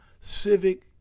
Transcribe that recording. civic